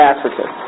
African